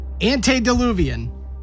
Antediluvian